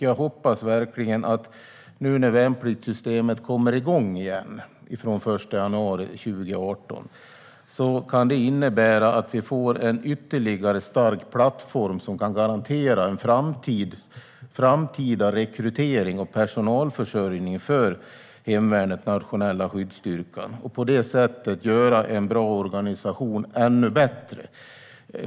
Jag hoppas verkligen att nu när värnpliktssystemet kommer igång igen från den 1 januari 2018 kan det innebära att vi får en ytterligare stark plattform som kan garantera en framtida rekrytering och personalförsörjning för hemvärnets nationella skyddsstyrka och på det sättet göra en bra organisation ännu bättre.